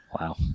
Wow